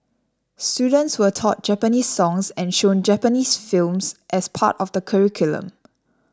students were taught Japanese songs and shown Japanese films as part of the curriculum